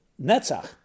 Netzach